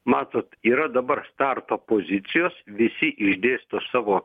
matot yra dabar starto pozicijos visi išdėsto savo